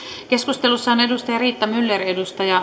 keskustelussa on riitta myller